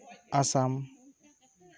Assam